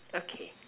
okay